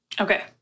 Okay